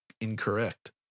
incorrect